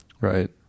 Right